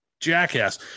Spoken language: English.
jackass